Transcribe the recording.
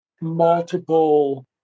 multiple